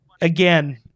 again